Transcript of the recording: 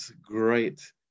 great